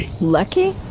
Lucky